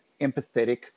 empathetic